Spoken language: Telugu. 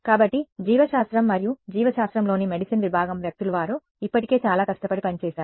కాబట్టి జీవశాస్త్రం మరియు జీవశాస్త్రంలోని మెడిసిన్ విభాగం వ్యక్తులు వారు ఇప్పటికే చాలా కష్టపడి పని చేసారు